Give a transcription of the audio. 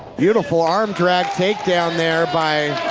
beautiful arm drag take down there by